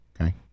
okay